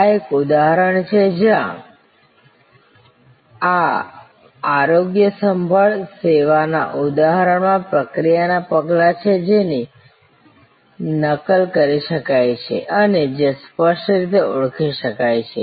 આ એક ઉદાહરણ છે જ્યાં આ આરોગ્ય સંભાળ સેવાના ઉદાહરણમાં પ્રક્રિયાના પગલાં છે જેની નકલ કરી શકાય છે અને જે સ્પષ્ટ રીતે ઓળખી શકાય છે